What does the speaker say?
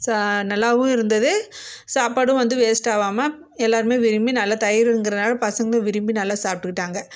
ச நல்லாவும் இருந்தது சாப்பாடும் வந்து வேஸ்ட் ஆகாம எல்லோருமே விரும்பி நல்லா தயிருங்கறனால் பசங்க விரும்பி நல்லா சாப்பிட்டுக்கிட்டாங்க